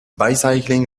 bicycling